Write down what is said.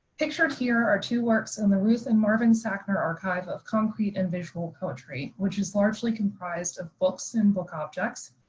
pictured here are two works from and the ruth and marvin sackner archive of concrete and visual poetry, which is largely comprised of books and book objects,